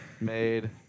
Made